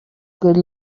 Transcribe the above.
good